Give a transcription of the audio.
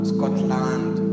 Scotland